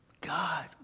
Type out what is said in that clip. God